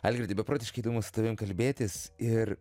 algirdai beprotiškai įdomu su tavim kalbėtis ir